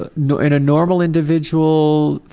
ah you know in a normal individual,